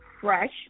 fresh